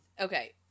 Okay